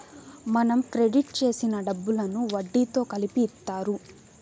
మనం క్రెడిట్ చేసిన డబ్బులను వడ్డీతో కలిపి ఇత్తారు